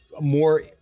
more